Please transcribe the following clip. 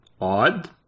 odd